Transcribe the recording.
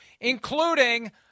including